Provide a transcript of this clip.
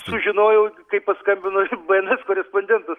sužinojau kai paskambino bns korespondentas